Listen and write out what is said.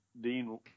Dean